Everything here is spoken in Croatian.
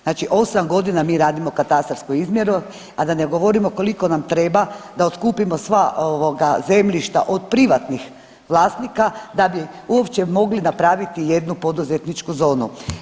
Znači 8 godina mi radimo katastarsku izmjeru, a da ne govorimo koliko nam treba da otkupimo sva ovoga, zemljišta od privatnih vlasnika da bi uopće mogli napraviti jednu poduzetničku zonu.